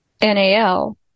NAL